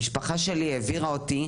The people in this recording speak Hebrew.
אחרי שעברתי את השינוי,